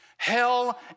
Hell